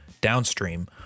Downstream